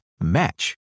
match